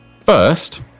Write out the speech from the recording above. First